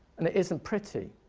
and it isn't pretty.